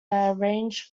arranged